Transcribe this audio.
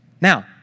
Now